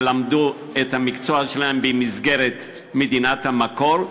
שלמדו את המקצוע שלהם במסגרת מדינת המקור,